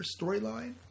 storyline